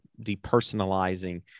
depersonalizing